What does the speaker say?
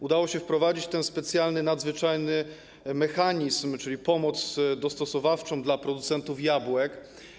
Udało się wprowadzić specjalny, nadzwyczajny mechanizm, czyli pomoc dostosowawczą dla producentów jabłek.